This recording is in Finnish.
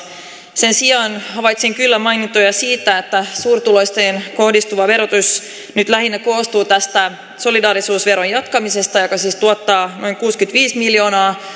sen sijaan havaitsin kyllä mainintoja siitä että suurituloisiin kohdistuva verotus nyt lähinnä koostuu tästä solidaarisuusveron jatkamisesta joka siis tuottaa noin kuusikymmentäviisi miljoonaa